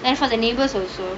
and for the neighbours also